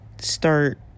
start